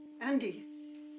Andy